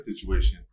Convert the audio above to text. situation